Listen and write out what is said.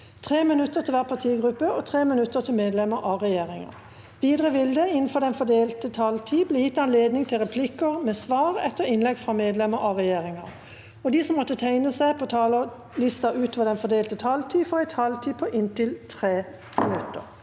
3 minutter til hver partigruppe og 3 minutter til medlemmer av regjeringa. Videre vil det – innenfor den fordelte taletid – bli gitt anledning til replikker med svar etter innlegg fra medlemmer av regjeringa, og de som måtte tegne seg på talerlista utover den fordelte taletid, får en taletid på inntil 3 minutter.